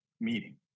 meeting